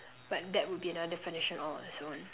but that will be another definition all on it's own